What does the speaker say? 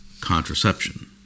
contraception